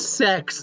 sex